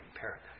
paradise